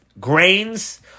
grains